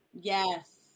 Yes